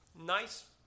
nice